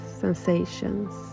sensations